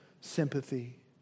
sympathy